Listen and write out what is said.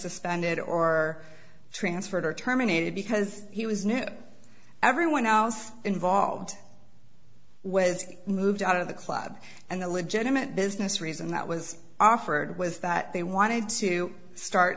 suspended or transferred or terminated because he was new everyone else involved was moved out of the club and the legitimate business reason that was offered was that they wanted to start